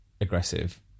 aggressive